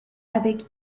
avec